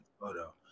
photo